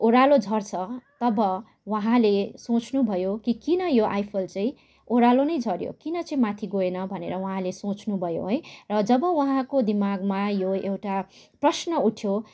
ओह्रालो झर्छ तब उहाँले सोच्नु भयो कि किन यो आइफल चाहिँ ओह्रालो नै झऱ्यो किन चाहिँ माथि गएन भनेर उहाँले सोँच्नु भयो है र जब उहाँको दिमागमा यो एउटा प्रश्न उठ्यो